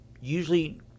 usually